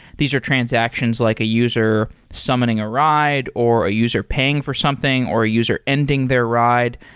these are transactions like a user summoning a ride or a user paying for something or a user ending their ride.